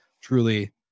truly